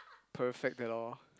perfect at all